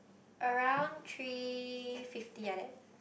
around three fifty like that